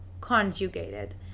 conjugated